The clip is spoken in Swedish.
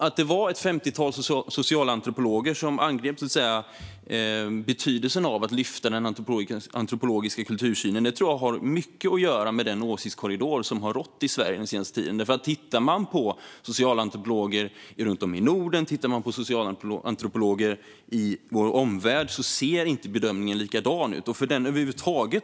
Att det var ett femtiotal socialantropologer som angrep betydelsen av att lyfta fram den antropologiska kultursynen tror jag har mycket att göra med den åsiktskorridor som har funnits i Sverige den senaste tiden. Lyssnar man på vad socialantropologer runt om i Norden och i vår omvärld säger hör vi att bedömningen inte är likadan.